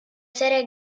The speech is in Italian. serie